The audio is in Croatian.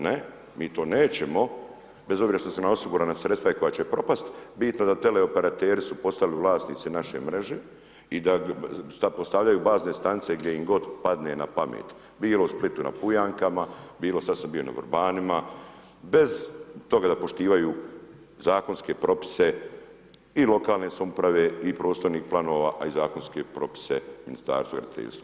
Ne, mi to nećemo, bez obzira što su nam osigurana sredstva i koja će propasti, bitno da tele operateri su postali vlasnici naše mreže i da sad postavljaju bazne stanice gdje god im padne na pamet, bilo u Splitu na Pujankama, bilo, sad sam bio na Vrbanima, bez toga da poštivaju zakonske propise i lokalne samouprave i prostornih planova, a i zakonske propise Ministarstva graditeljstva.